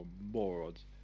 morons